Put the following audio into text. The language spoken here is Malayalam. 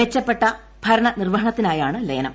മെച്ചപ്പെട്ട ഭരണനിർവ്വഹണത്തിനായാണ് ലയനം